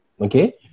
okay